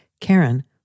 Karen